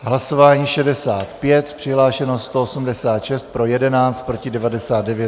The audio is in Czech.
V hlasování 65 přihlášeno 186, pro 11, proti 99.